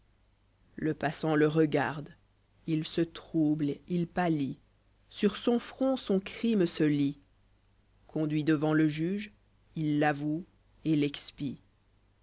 le passant le regarde il se trouble il pâlit sur son front son crime se lit conduit devant le juge il l'avoue et l'expie